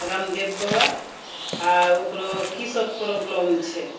रामदेव बाबा आ ओकरो की सब प्रॉब्लम छै